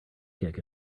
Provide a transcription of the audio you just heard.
kick